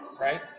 right